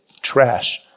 trash